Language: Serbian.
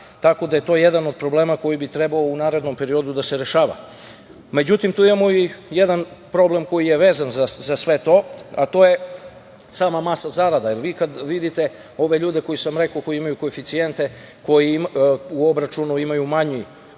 Tako da je to jedan od problema koji bi trebao u narednom periodu da se rešava.Međutim, tu imamo i jedan problem koji je vezan za sve to, a to je sama masa zarada, jer kad vidite ove ljude za koje sam rekao, koji imaju koeficijente, koji u obračunu imaju manju platu,